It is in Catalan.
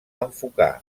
enfocar